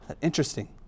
Interesting